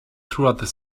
throughout